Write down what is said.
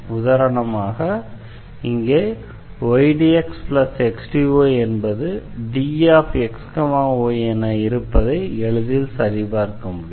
உதாரணமாக இங்கே ydxxdy என்பது dxy என இருப்பதை எளிதில் சரிபார்க்க முடியும்